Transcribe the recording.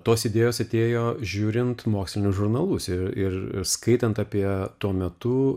tos idėjos atėjo žiūrint mokslinius žurnalus ir ir ir skaitant apie tuo metu